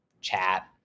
chat